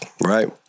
right